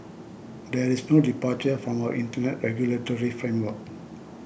there is no departure from our Internet regulatory framework